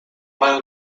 mają